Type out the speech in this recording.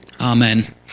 Amen